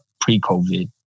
pre-COVID